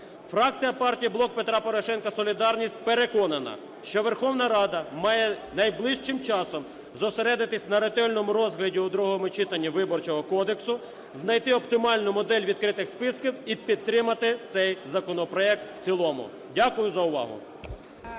Фракція партії "Блок Петра Порошенка "Солідарність" переконана, що Верховна Рада має найближчим часом зосередитись на ретельному розгляді у другому читанні Виборчого кодексу, знайти оптимальну модель відкритих списків і підтримати цей законопроект в цілому. Дякую за увагу.